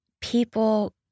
people